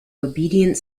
obedient